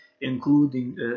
including